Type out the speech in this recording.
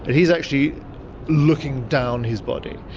he's actually looking down his body